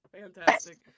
Fantastic